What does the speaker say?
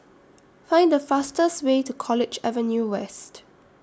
Find The fastest Way to College Avenue West